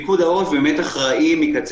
פיקוד העורף אחראי מקצה